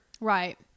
right